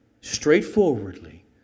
straightforwardly